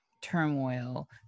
turmoil